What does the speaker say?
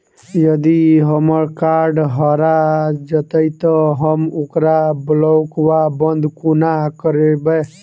यदि हम्मर कार्ड हरा जाइत तऽ हम ओकरा ब्लॉक वा बंद कोना करेबै?